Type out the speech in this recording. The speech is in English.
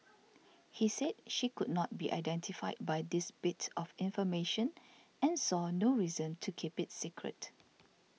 he said she could not be identified by this bit of information and saw no reason to keep it secret